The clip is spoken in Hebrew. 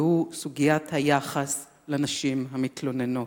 והיא סוגיית היחס לנשים המתלוננות.